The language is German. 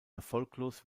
erfolglos